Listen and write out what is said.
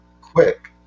quick